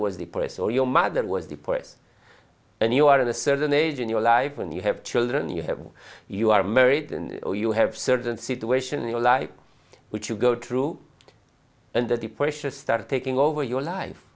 was depressed or your mother was depressed and you are in a certain age in your life when you have children you have when you are married and you have certain situation in your life which you go through and the depression start taking over your life